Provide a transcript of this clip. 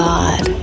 God